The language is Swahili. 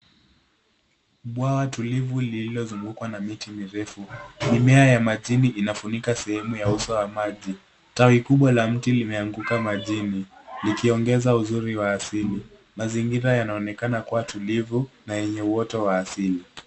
Bwawa tulivu lililozungukwa na miti mirefu. Mimea ya majini inafunika sehemu ya uso wa maji. Tawi kubwa la mti limeanguka majini likiongeza uzuri wa asili. Mazingira yanaonekana kuwa tulivu na yenye uwote wa asili.